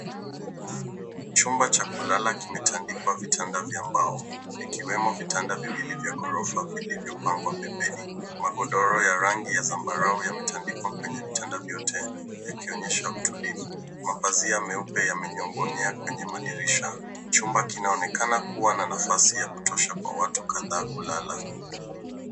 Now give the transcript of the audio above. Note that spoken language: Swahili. Chumba cha kulala kimetandikwa vitanda vya mbao ikiwemo vitanda viwili vya gorofa vilivyopangwa pembeni. Magodoro ya rangi ya zambarau yametandikwa kwenye vitanda vyote yakionyesha utulivu. Mapazia meupe yamenyongonyea kwenye madirisha. Chumba kinaonekana kuwa na nafasi ya kutosha kwa watu kadhaa kulala.